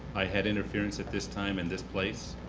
i had interference at this time and this place,